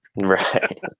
Right